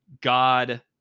God